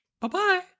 Bye-bye